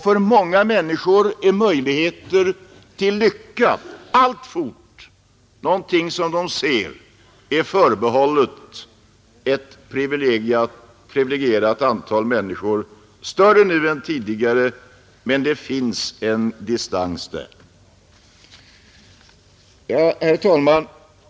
För många människor är möjligheter till lycka alltfort någonting som de ser förbehållet ett antal privilegierade personer — ett större antal nu än tidigare, men det finns en distans där. Herr talman!